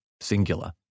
singular